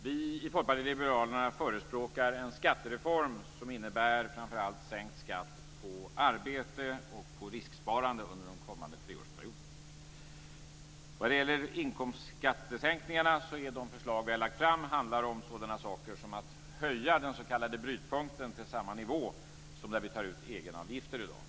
Fru talman! Vi i Folkpartiet liberalerna förespråkar en skattereform som innebär framför allt sänkt skatt på arbete och på risksparande under den kommande treårsperioden. Vad gäller inkomstskattesänkningarna handlar våra förslag om sådant som att höja den s.k. brytpunkten till samma nivå som där vi tar ut egenavgifter i dag.